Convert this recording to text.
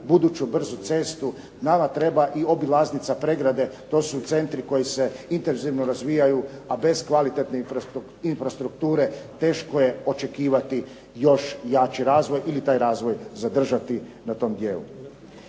buduću brzu cestu, nama treba i obilaznica Pregrade. To su centri koji se intenzivno razvijaju, a bez kvalitetne infrastrukture teško je očekivati još jači razvoj ili taj razvoj zadržati na tom dijelu.